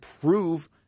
prove